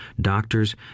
doctors